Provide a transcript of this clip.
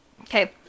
Okay